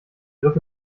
griff